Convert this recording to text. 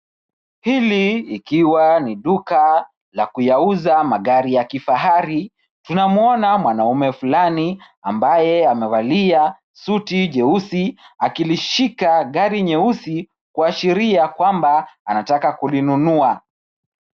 Hili ikiwa ni duka la kuyauza magari ya kifahari. Tunamwona mwanaume fulani ambaye amevalia suti njeusi akilishika gari nyeusi kuashiria kwamba anataka kulinunua.